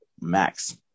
max